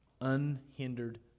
unhindered